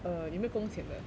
err 有没有工钱的